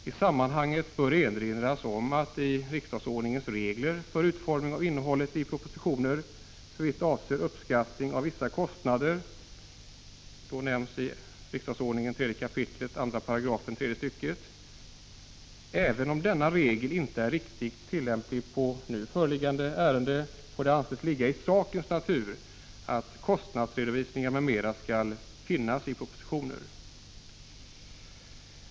I sammanhanget bör erinras om att det i riksdagsordningen finns regler om utformning av innehållet i propositioner såvitt avser uppskattningen av vissa kostnader . Även om denna regel inte är direkt tillämplig på nu föreliggande ärenden, får det anses ligga i sakens natur att kostnadsredovisning m.m. skall finnas i propositioner.